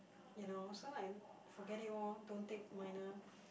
you know so like forget it orh don't take minor